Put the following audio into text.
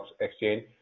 exchange